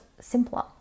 simpler